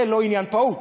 זה לא עניין פעוט.